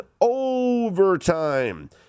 overtime